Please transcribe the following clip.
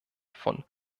von